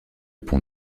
pont